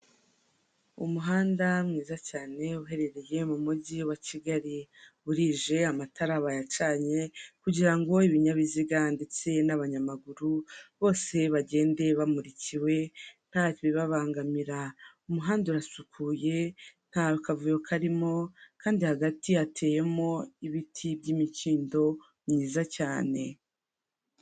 Umuhanda mwiza cyane uherereye mu mujyi wa Kigali, burije amatara bayacanye kugira ngo ibinyabiziga ndetse n'abanyamaguru bose bagende bamurikiwe ntabibabangamira, umuhanda urasukuye ntakavuyo karimo kandi hagati hateyemo ibiti by'imikindo myiza cyane.